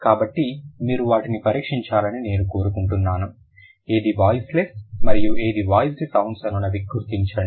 కాబట్టి మీరు వాటిని పరీక్షించాలని నేను కోరుకుంటున్నాను ఏది వాయిస్లెస్ మరియు ఏది వాయిస్డ్ సౌండ్స్ అనునవి గుర్తించండి